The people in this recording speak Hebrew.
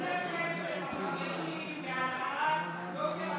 מי אשם מהחרדים בהעלאת יוקר המחיה,